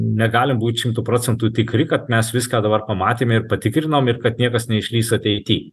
negalim būt šimtu procentų tikri kad mes viską dabar pamatėm ir patikrinom ir kad niekas neišlįs ateity